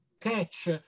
catch